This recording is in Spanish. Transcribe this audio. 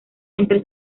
entre